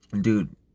Dude